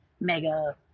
mega